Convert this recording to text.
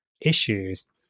issues